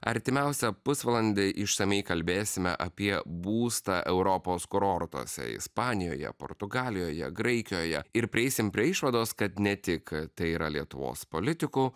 artimiausią pusvalandį išsamiai kalbėsime apie būstą europos kurortuose ispanijoje portugalijoje graikijoje ir prieisim prie išvados kad ne tik tai yra lietuvos politikų